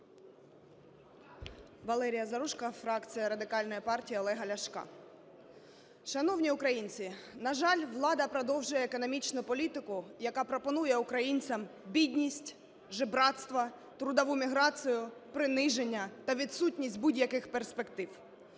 Валерія Заружко, фракція Радикальної партії Олега Ляшка. Шановні українці, на жаль, влада продовжує економічну політику, яка пропонує українцям бідність, жебрацтво, трудову міграцію, приниження та відсутність будь-яких перспектив.